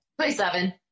27